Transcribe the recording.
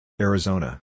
Arizona